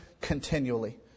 continually